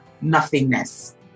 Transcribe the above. nothingness